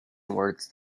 words